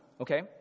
okay